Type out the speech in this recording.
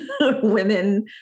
women